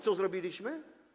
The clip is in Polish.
Co zrobiliśmy?